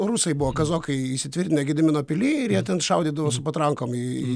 rusai buvo kazokai įsitvirtinę gedimino pily ir jie ten šaudydavo su patrankom į